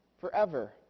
forever